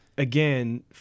again